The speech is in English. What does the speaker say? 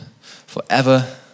forever